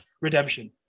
redemption